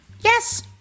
Yes